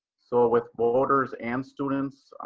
so, with voters and students,